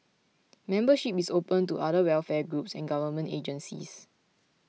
membership is open to other welfare groups and government agencies